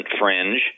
fringe